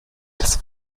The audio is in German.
das